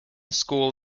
school